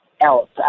else